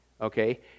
okay